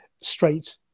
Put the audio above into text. straight